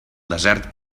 desert